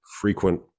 frequent